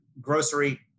grocery